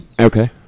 Okay